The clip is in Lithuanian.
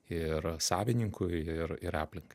ir savininkui ir ir aplinkai